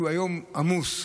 הוא היום עמוס,